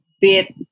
bit